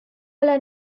are